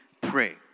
pray